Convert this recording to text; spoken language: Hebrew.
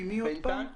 ממי התשובה?